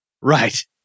Right